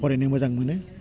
फरायनो मोजां मोनो